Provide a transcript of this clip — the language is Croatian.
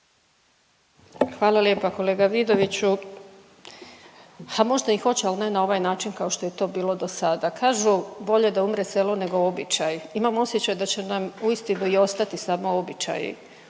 Hvala lijepa kolega Vidoviću. Ha možda i hoće ali ne na ovaj način kao što je to bilo do sada. Kažu bolje da umre selo nego običaji. Imam osjećaj da će nam uistinu i ostati samo običaji